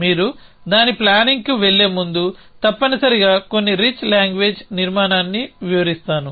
మీరు దాని ప్లానింగ్కు వెళ్లే ముందు తప్పనిసరిగా కొన్ని రిచ్ లాంగ్వేజ్ నిర్మాణాన్ని వివరిస్తాను